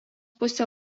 pusė